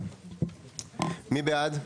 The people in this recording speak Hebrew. מי בעד?